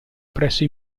presso